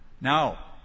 Now